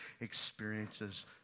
experiences